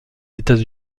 états